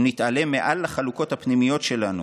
אם נתעלה מעל לחלוקות הפנימיות שלנו